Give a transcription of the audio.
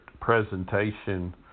presentation